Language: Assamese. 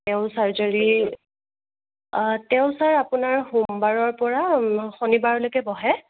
তেওঁ চাৰ্জাৰী তেওঁ ছাৰ আপোনাৰ সোমবাৰৰ পৰা শনিবাৰলৈকে বহে